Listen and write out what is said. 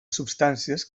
substàncies